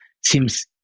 seems